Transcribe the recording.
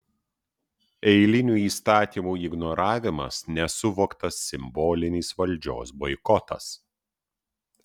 eilinių įstatymų ignoravimas nesuvoktas simbolinis valdžios boikotas